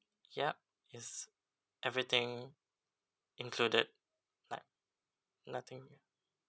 yup yes everything included but nothing